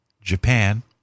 Japan